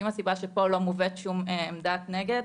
אם הסיבה שפה לא מובאת שום עמדת נגד